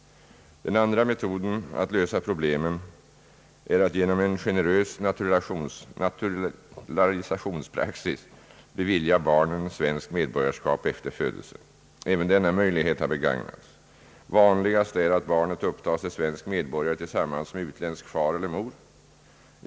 Den andra metoden att lösa problemen är att genom en generös naturalisationspraxis bevilja barnen svenskt medborgarskap efter födelsen. Även denna möjlighet har begagnats. Vanligast är att barnet upptas till svensk medborgare tillsammans med utländsk fader eller moder.